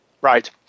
Right